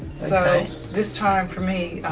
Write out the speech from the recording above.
so this time, for me,